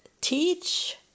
teach